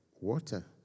water